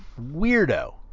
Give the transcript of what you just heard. weirdo